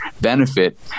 benefit